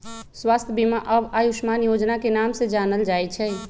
स्वास्थ्य बीमा अब आयुष्मान योजना के नाम से जानल जाई छई